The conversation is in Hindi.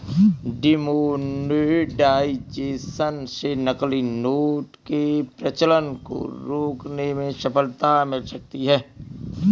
डिमोनेटाइजेशन से नकली नोट के प्रचलन को रोकने में सफलता मिल सकती है